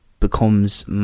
becomes